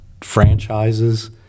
franchises